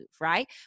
right